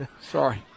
Sorry